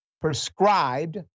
prescribed